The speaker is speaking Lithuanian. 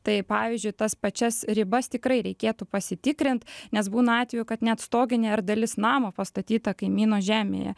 tai pavyzdžiui tas pačias ribas tikrai reikėtų pasitikrint nes būna atvejų kad net stoginė ar dalis namo pastatyta kaimyno žemėje